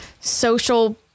social